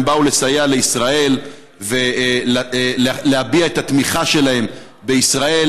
הם באו לסייע לישראל ולהביע את התמיכה שלהם בישראל.